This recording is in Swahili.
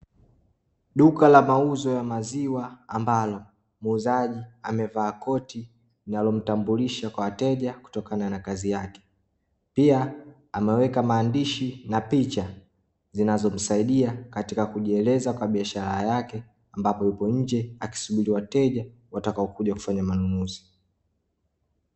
Duka la mauzo ya maziwa, ambalo muuzaji amevaa koti linalomtambulisha kwa wateja kutokana na kazi yake. Pia ameweka maandishi na picha zinazomsaidia katika kujieleza kwa biashara yake, ambapo yupo nje akisubiri wateja watakao kuja kufanya manunuzi.